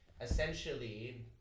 essentially